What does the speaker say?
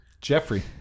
Jeffrey